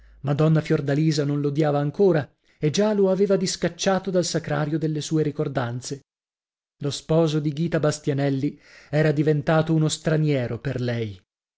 madonna fiordalisa non l'odiava ancora e già lo aveva discacciato dal sacrario delle sue ricordanze lo sposo di ghita bastianelli era diventato uno straniero per lei